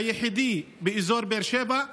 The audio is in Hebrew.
היחידי באזור באר שבע,